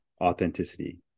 authenticity